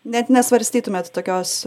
net nesvarstytumėt tokios